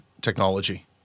technology